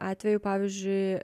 atvejų pavyzdžiui